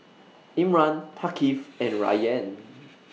Imran Thaqif and Rayyan